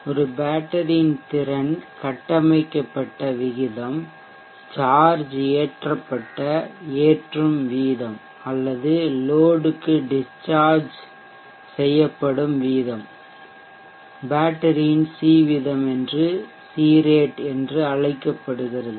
ஒரு பேட்டரியின் திறன் கட்டமைக்கப்பட்ட விகிதம் சார்ஜ் ஏற்றப்பட்ட ஏற்றும் வீதம் அல்லது லோட்க்கு டிஷ்சார்ஜ்ப்படும் வீதம் பேட்டரியின் சி வீதம் என்று அழைக்கப்படுகிறது